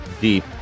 deep